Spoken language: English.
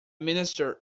minister